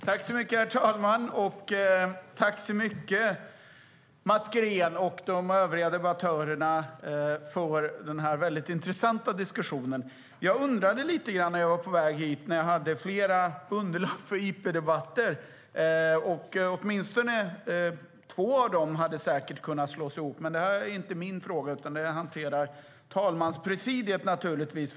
Herr talman! Jag tackar Mats Green och övriga debattörer för denna mycket intressanta diskussion. När jag var på väg hit med olika underlag för interpellationsdebatter tänkte jag att åtminstone två av interpellationerna säkert hade kunnat slås ihop. Men det är inte en fråga för mig, utan det hanterar naturligtvis talmanspresidiet.